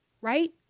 Right